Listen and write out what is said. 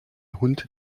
hund